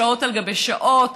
שעות על גבי שעות,